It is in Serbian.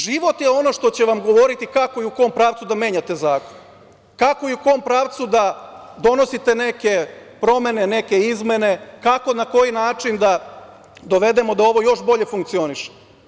Život je ono što će vam govoriti kako i u kom pravcu da menjate zakon, kako i u kom pravcu da donosite neke promene, neke izmene, kako, na koji način da dovedemo da ovo još bolje funkcioniše.